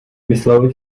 myslel